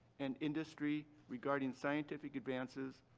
and industry regarding scientific advances,